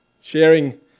sharing